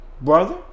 brother